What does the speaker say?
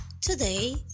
Today